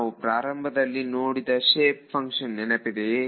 ನಾವು ಪ್ರಾರಂಭದಲ್ಲಿ ನೋಡಿದ ಶೇಪ್ ಫಂಕ್ಷನ್ ನೆನಪಿದೆಯೇ